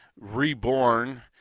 reborn